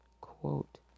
quote